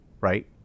right